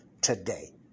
today